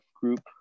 group